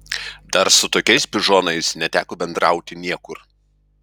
dar su tokiais pižonais neteko bendrauti niekur